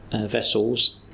vessels